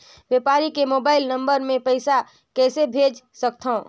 व्यापारी के mobile number मे पईसा कइसे भेज सकथव?